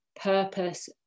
purpose